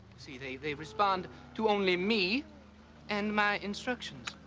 see they they respond to only me and my instructions.